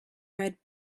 red